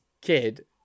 kid